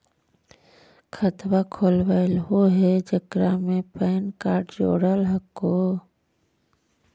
खातवा खोलवैलहो हे जेकरा मे पैन कार्ड जोड़ल हको?